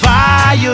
Fire